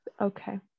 okay